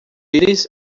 íris